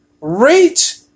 reach